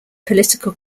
political